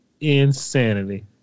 insanity